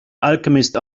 alchemist